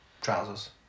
trousers